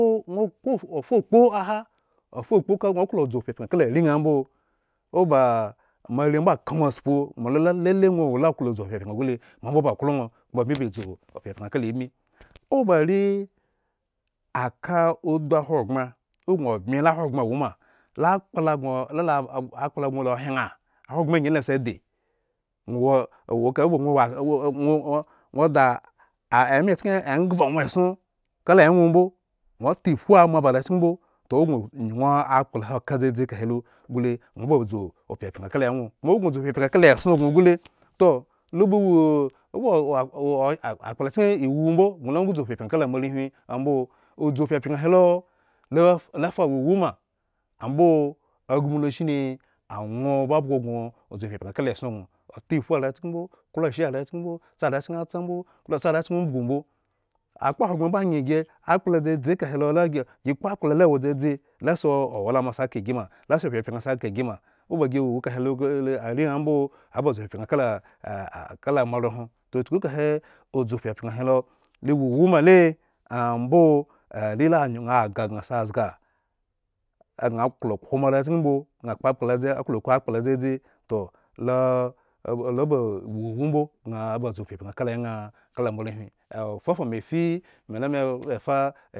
Kpo ŋwo kpo ofa kpo aha. ofakpo ka ŋwo klo udzu pyapyan kala areŋha mbo, oba moare mbo ka ŋwo aspu moala la lele ŋwo are laklo dzu pyapyan gu le, ma ambo ba klo ŋwo, koma bmiba dzu opyapyan kala embi oba aka. udu ahogbren angyi la asi adi “ŋwo wo-ŋwo wo ekahe oba ŋwo ŋwo ŋwo ŋwo da ah emachken enghba ŋwo esson kala eŋwo mbo, ta iphu ama ba are chken mbo toh ogŋ nyuŋ akpla he oka dzadzi ekahe lo gule, ŋwo ba dzu pyapyan kala eŋwo koma ogŋo dzu pyapyan kala eson gŋo gule, toh lo ba. wo oba wowo akpla chken. iwu mbo, gŋo ola ŋwe ba elzu pyapyan kala moarehwin ambo, udzu pyapyhan helo lo lo afawo iwu maambo agmu lo shine aŋwo babhgo gŋo udzu pyapyan kala esongŋo ota iphu arichen mbo, klo ashe arechken mbo tsa arechken atsa mbo, klo tsa arechk umbugu mbo akpa ahogbre mbo anye gi akpla lawo dzadzi, la si ola owlama sia kogi ma, la si opyapyan, kala kala a ah kala moarehwon toh ehuku kahe udzu pyapyan helo lo wola iwu male, ambo are la ŋyun agah gŋa siazga agŋa klo kphka moare chken mbo, gŋo kpoakpla adzi, klo kpo akpla adzadzi, toh alo ba wo iwu mbogŋa ba dzu pyapyan kala enha kala moarehwin ah fofa me fi melamebafasa